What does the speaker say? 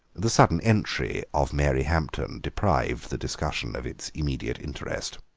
the sudden entry of mary hampton deprived the discussion of its immediate interest.